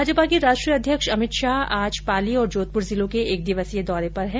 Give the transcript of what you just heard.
भाजपा के राष्ट्रीय अध्यक्ष अमित शाह आज पाली और जोधपुर जिलों के एक दिवसीय दौरे पर है